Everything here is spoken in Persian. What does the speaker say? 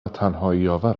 تنهاییآور